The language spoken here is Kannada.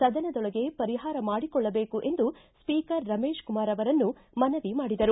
ಸದನದೊಳಗೆ ಪರಿಹಾರ ಮಾಡಿಕೊಳ್ಳಬೇಕು ಎಂದು ಸ್ವೀಕರ್ ರಮೇಶ ಕುಮಾರ್ ಅವರನ್ನು ಮನವಿ ಮಾಡಿದರು